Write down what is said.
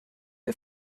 der